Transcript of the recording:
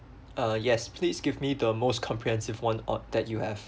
uh yes please give me the most comprehensive one of that you have